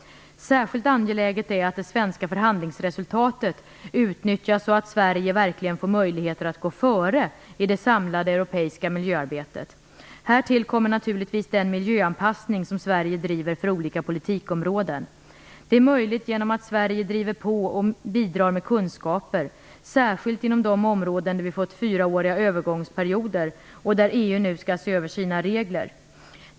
Särskilt angeläget är det att det svenska förhandlingsresultatet utnyttjas så att Sverige verkligen får möjligheter att gå före i det samlade europeiska miljöarbetet. Härtill kommer naturligtvis den miljöanpassning som Sverige driver för olika politikområden. Det är möjligt genom att Sverige driver på och bidrar med kunskaper, särskilt inom de områden där vi fått fyraåriga övergångsperioder och där EU nu skall se över sina regler.